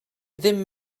ddim